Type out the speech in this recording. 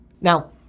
Now